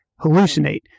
hallucinate